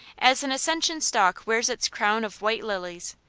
as an ascension stalk wears its crown of white lilies,